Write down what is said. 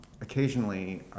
Occasionally